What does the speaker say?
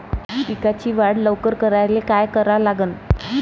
पिकाची वाढ लवकर करायले काय करा लागन?